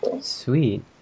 Sweet